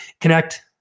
connect